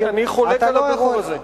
אני חולק על הבירור הזה.